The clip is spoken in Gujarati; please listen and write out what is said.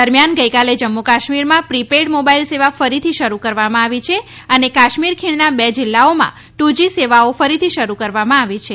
દરમિયાન ગઈકાલે જમ્મુ કાશ્મીરમાં પ્રી પેઈડ મોબાઈલ સેવા ફરીથી શરૃ કરવામાં આવી છે અને કાશ્મીર ખીણના બે જિલ્લાઓમાં ટુ જી સેવાઓ ફરી શરૃ કરવામાં આવી છે